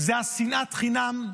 הוא שנאת החינם,